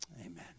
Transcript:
Amen